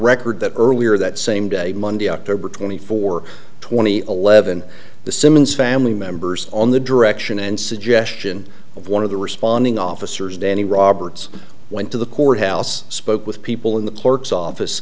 record that earlier that same day monday october twenty four twenty eleven the simmons family members on the direction and suggestion of one of the responding officers danny roberts went to the courthouse spoke with people in the